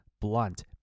blunt